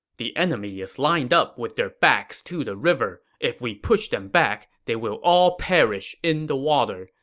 the enemy is lined up with their backs to the river. if we push them back, they will all perish in the water.